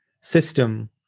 system